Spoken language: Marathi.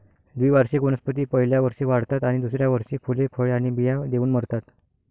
द्विवार्षिक वनस्पती पहिल्या वर्षी वाढतात आणि दुसऱ्या वर्षी फुले, फळे आणि बिया देऊन मरतात